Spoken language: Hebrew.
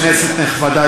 כנסת נכבדה,